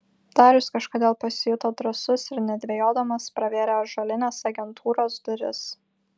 darius kažkodėl pasijuto drąsus ir nedvejodamas pravėrė ąžuolines agentūros duris